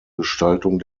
gestaltung